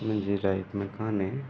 मुंहिंजी लाइफ में कोन्हे